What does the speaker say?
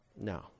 No